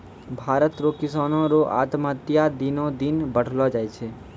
भारत रो किसानो रो आत्महत्या दिनो दिन बढ़लो जाय छै